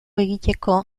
egiteko